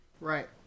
Right